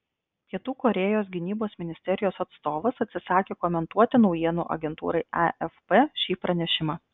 pietų korėjos gynybos ministerijos atstovas atsisakė komentuoti naujienų agentūrai afp šį pranešimą